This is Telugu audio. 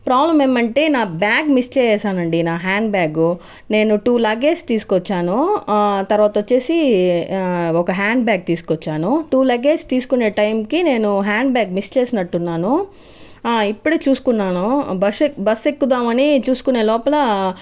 ప్రాబ్లం ఏమంటే నా బ్యాగ్ మిస్ చేసేసానండి నా హ్యాండ్ బ్యాగ్ నేను టు లగేజ్ తీసుకొచ్చాను తర్వాత వచ్చేసి ఒక హ్యాండ్ బ్యాగ్ తీసుకోవచ్చాను టు లగేజ్ తీసుకునే టైంకి నేను హ్యాండ్ బ్యాగ్ మిస్ చేసినట్టు ఉన్నాను ఇప్పుడే చూసుకున్నాను బస్సు బస్సు ఎక్కుదామని చూసుకునే లోపల